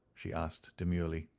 she asked, demurely.